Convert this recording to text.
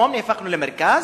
אנחנו פתאום נהפכנו למרכז.